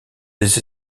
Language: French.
des